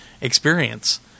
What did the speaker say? experience